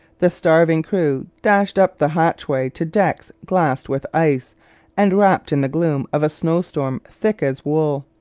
the starving crew dashed up the hatchway to decks glassed with ice and wrapped in the gloom of a snow-storm thick as wool.